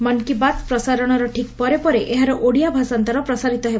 ମନ୍ କି ବାତ୍ ପ୍ରସାରଣର ଠିକ୍ ପରେ ପରେ ଏହାର ଓଡ଼ିଆ ଭାଷାନ୍ତର ପ୍ରସାରିତ ହେବ